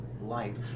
light